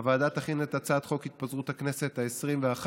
הוועדה תכין את הצעת חוק התפזרות הכנסת העשרים-ואחת